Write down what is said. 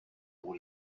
pour